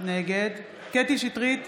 נגד קטי קטרין שטרית,